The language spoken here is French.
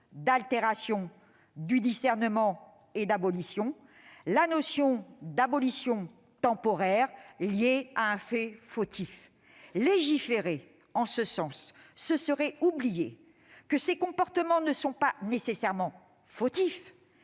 d'altération du discernement et d'abolition, la notion d'abolition temporaire liée à un fait fautif. Légiférer en ce sens, ce serait oublier que ces comportements ne sont pas nécessairement fautifs